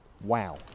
Wow